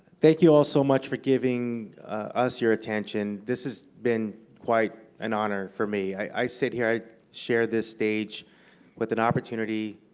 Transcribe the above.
thank you all so much for giving us your attention. this has been quite an honor for me. i sit here, i share this stage with an opportunity,